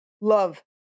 love